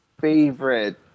favorite